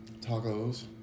tacos